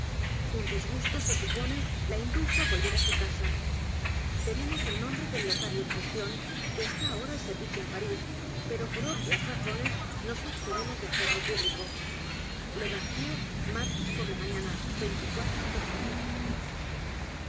un disgusto se supone la indujo á volverá su casa tenemos el nombre del lotario encuestión que está ahora de servicio en parís pero por obvias razones nos abstenemos de hacerlo público le mereure martes por la mañana de junio